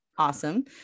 Awesome